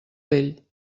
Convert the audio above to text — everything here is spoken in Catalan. vell